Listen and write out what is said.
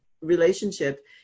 relationship